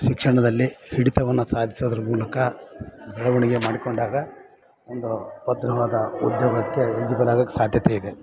ಶಿಕ್ಷಣದಲ್ಲಿ ಹಿಡಿತವನ್ನು ಸಾಧಿಸೋದ್ರ್ ಮೂಲಕ ಬೆಳವಣಿಗೆ ಮಾಡಿಕೊಂಡಾಗ ಒಂದು ಭದ್ರವಾದ ಉದ್ಯೋಗಕ್ಕೆ ಎಲ್ಜಿಬಲ್ ಆಗೋಕ್ ಸಾಧ್ಯತೆಯಿದೆ